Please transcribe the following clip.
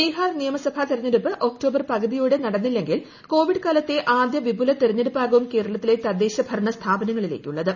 ബിഹാർ നിയമ സഭാ തെരഞ്ഞെടുപ്പ് ഒക്ടോബർ പകുതിയോടെ നടന്നില്ലെങ്കിൽ കൊവിഡ് കാലത്തെ ആദ്യ വിപുലതെരഞ്ഞെടുപ്പാകും കേരള ത്തിലെ തദ്ദേശഭരണ സ്ഥാപനങ്ങളിലേക്കുള്ളത്